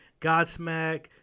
Godsmack